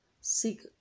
seek